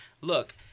look